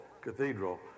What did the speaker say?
Cathedral